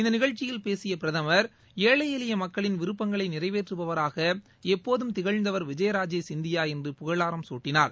இந்த நிகழ்ச்சியில் பேசிய பிரதமர் ஏழை எளிய மக்களின் விருப்பங்களை நிறைவேற்றுபவராக எப்போதும் திகழ்ந்தவர் விஜயராஜே சிந்தியா என்று புகழாரம் சூட்டினார்